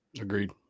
Agreed